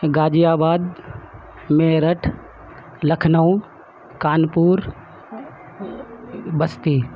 غازی آباد میرٹھ لکھنؤ کان پور بستی